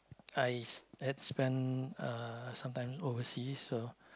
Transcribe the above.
I had spent uh some time overseas so